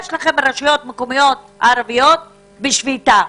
יש לכם רשויות מקומיות ערביות בשביתה.